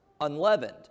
unleavened